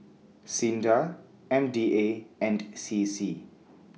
SINDA M D A and C C